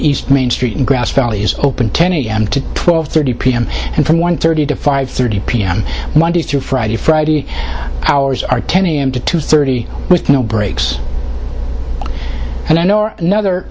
east main street in grass valley is open ten a m to twelve thirty p m and from one thirty to five thirty p m monday through friday friday hours are ten a m to two thirty with no breaks an